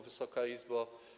Wysoka Izbo!